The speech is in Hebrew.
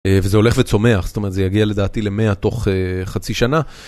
וזה הולך וצומח, זאת אומרת זה יגיע לדעתי ל-100 תוך חצי שנה.